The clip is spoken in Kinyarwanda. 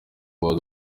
abantu